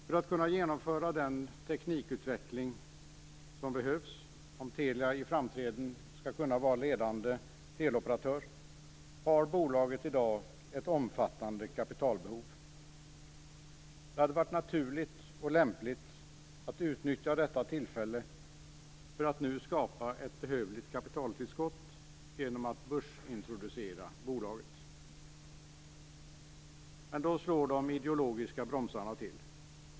För att kunna genomföra den teknikutveckling som behövs om Telia i framtiden skall kunna vara en ledande teleoperatör har bolaget i dag ett omfattande kapitalbehov. Det hade varit naturligt och lämpligt att utnyttja detta tillfälle för att nu skapa ett behövligt kapitaltillskott genom att börsintroducera bolaget. Men då slår de ideologiska bromsarna till.